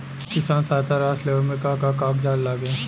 किसान सहायता राशि लेवे में का का कागजात लागी?